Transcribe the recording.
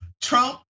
Trump